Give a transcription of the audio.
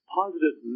positive